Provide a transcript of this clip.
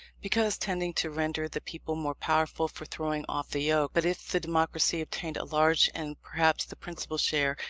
because tending to render the people more powerful for throwing off the yoke but if the democracy obtained a large, and perhaps the principal share,